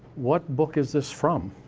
what book is this from?